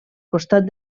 costat